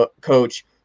coach